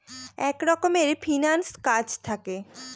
এক রকমের ফিন্যান্স কাজ থাকে